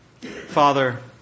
Father